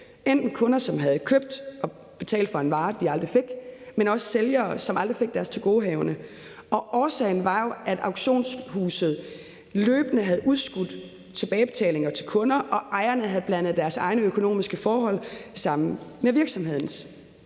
enten kunder, som havde købt og betalt for en vare, de aldrig fik, men også sælgere, som aldrig fik deres tilgodehavende. Og årsagen var jo, at auktionshuset løbende havde udskudt tilbagebetaling til kunder, og at ejerne havde blandet deres egne økonomiske forhold sammen med virksomhedens.